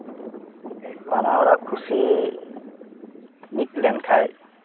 ᱵᱟᱱᱟ ᱦᱚᱲᱟᱜ ᱠᱩᱥᱤ ᱢᱤᱫ ᱞᱮᱱᱠᱷᱟᱡ